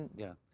yeah.